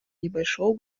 небольшого